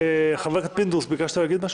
חבר הכנסת פינדרוס, ביקשת להגיד משהו?